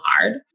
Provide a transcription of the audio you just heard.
hard